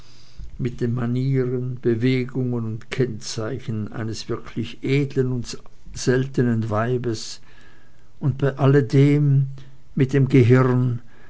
mit den manieren bewegungen und kennzeichen eines wirklich edlen und seltenen weibes und bei alledem mit dem gehirn